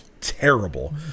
terrible